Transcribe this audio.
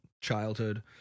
childhood